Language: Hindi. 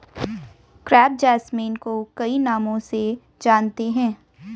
क्रेप जैसमिन को कई नामों से जानते हैं